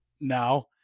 now